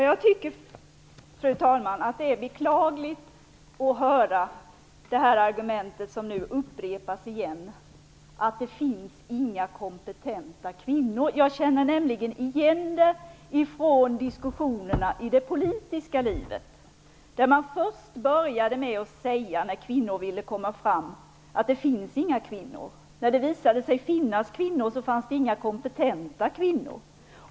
Fru talman! Jag tycker att det är beklagligt att höra det argument som nu upprepas igen, nämligen att det inte finns några kompetenta kvinnor. Jag känner nämligen igen det från diskussionerna i det politiska livet. Där började man med att säga, när kvinnor ville komma fram, att det inte fanns några kvinnor. När det visade sig finnas kvinnor, sade man att det inte fanns några kompetenta kvinnor.